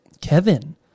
kevin